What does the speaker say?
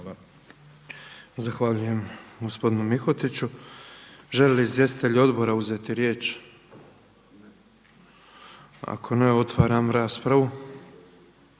Zahvaljujem gospodinu Mihotiću. Žele li izvjestitelji odbora uzeti riječ? Ako ne otvaram raspravu.